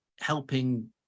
helping